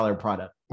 product